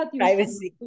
privacy